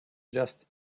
just